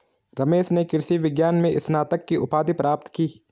रमेश ने कृषि विज्ञान में स्नातक की उपाधि प्राप्त की